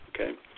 okay